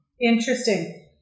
Interesting